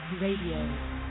Radio